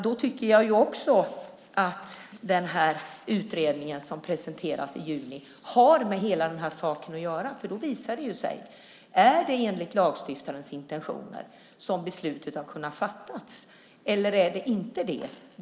Då tycker jag ju också att den utredning som presenteras i juni har med hela den här saken att göra. Då visar det sig om det är enligt lagstiftarens intentioner som beslutet har kunnat fattas eller inte.